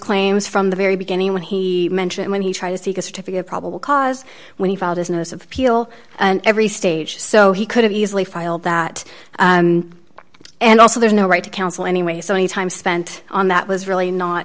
claims from the very beginning when he mentioned when he tried to seek a certificate of probable cause when he filed his notice of peel and every stage so he could have easily filed that and also there's no right to counsel anyway so any time spent on that was really not